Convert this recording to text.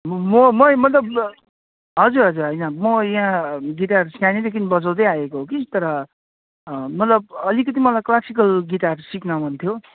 म म मै मतलब हजुर हजुर होइन म यहाँ गिटार सानैदेखि बजाउँदै आएको हो कि तर मतलब अलिकति मलाई क्लासिकल गिटार सिक्न मन थियो